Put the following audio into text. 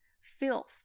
filth